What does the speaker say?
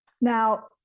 Now